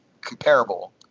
comparable